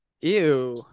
Ew